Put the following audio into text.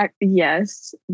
Yes